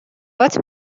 هات